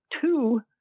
Two